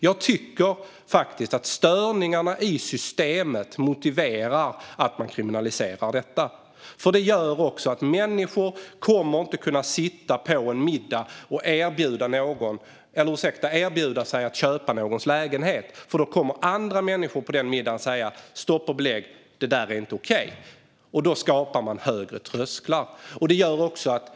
Jag tycker att störningarna i systemet motiverar att detta kriminaliseras. Människor kommer då inte att kunna sitta på en middag och erbjuda sig att köpa någons lägenhet eftersom andra människor på samma middag säga "Stopp och belägg! Det där är inte okej". Det skapas högre trösklar.